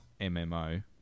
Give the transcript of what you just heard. MMO